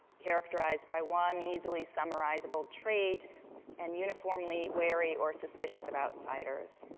characterized by one easily summarize a but trait and uniformly wary or suspicious of outsiders.